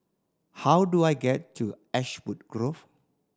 how do I get to Ashwood Grove